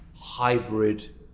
hybrid